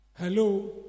Hello